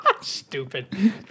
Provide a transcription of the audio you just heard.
Stupid